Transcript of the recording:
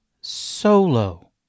solo